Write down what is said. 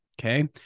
Okay